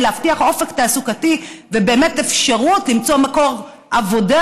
להבטיח אופק תעסוקתי ובאמת אפשרות למצוא מקור עבודה